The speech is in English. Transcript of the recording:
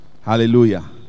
Hallelujah